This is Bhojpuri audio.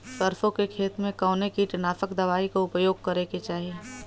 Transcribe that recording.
सरसों के खेत में कवने कीटनाशक दवाई क उपयोग करे के चाही?